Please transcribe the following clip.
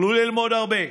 יכלו ללמוד הרבה.